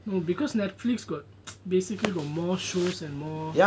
no because netflix got basically got more shows and more